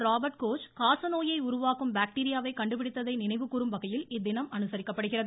Robert Koch காசநோயை உருவாக்கும் பாக்டீரியாவை கண்டுபிடித்ததை நினைவு கூறும் வகையில் இத்தினம் அனுசரிக்கப்படுகிறது